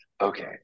Okay